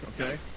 okay